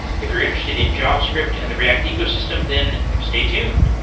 if you're interested in javascript and the react ecosystem, then stay tuned.